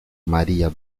maría